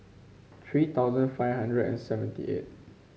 three thousand five hundred and seventy eight